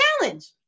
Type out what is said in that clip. challenge